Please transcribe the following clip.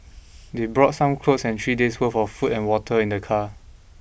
they brought some clothes and three days' worth of food and water in their car